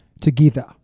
Together